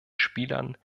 spielern